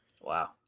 Wow